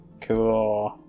Cool